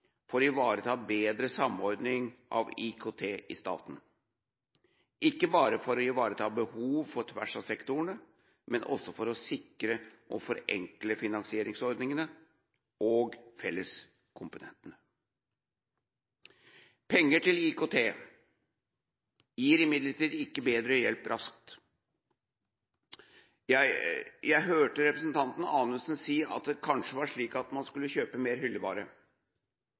for å ivareta bedre samordning av IKT i staten, ikke bare for å ivareta behov på tvers av sektorene, men også for å sikre og forenkle finansieringsordningene og felleskomponentene. Penger til IKT gir imidlertid ikke bedre hjelp raskt. Jeg hørte representanten Anundsen si at det kanskje var slik at man skulle kjøpe mer hyllevare.